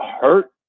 hurt